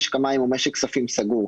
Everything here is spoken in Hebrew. משק המים הוא משק כספים סגור.